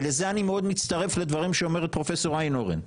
ולזה אני מאוד מצטרף לדברים שאומרת פרופסור איינהורן,